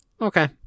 Okay